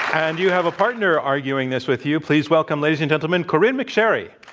and you have a partner arguing this with you. please welcome, ladies and gentlemen, corynne mcsherry.